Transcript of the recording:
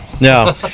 No